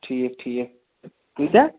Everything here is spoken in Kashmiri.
ٹھیٖک ٹھیٖک کۭتیٛاہ